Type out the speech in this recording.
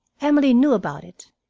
emily knew about it.